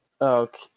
okay